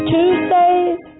Tuesdays